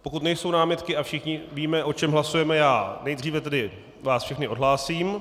Pokud nejsou námitky a všichni víme, o čem hlasujeme, nejdříve vás všechny odhlásím.